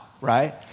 right